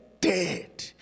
dead